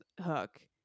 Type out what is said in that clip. Hook